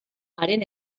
haren